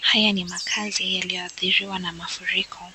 Haya ni makaazi yaliyoathiriwa na mafuriko,